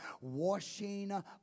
Washing